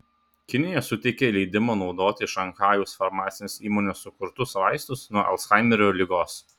kinija suteikė leidimą naudoti šanchajaus farmacinės įmonės sukurtus vaistus nuo alzhaimerio ligos